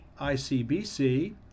ICBC